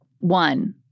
One